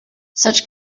such